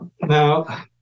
now